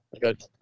good